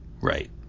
right